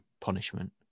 punishment